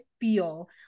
feel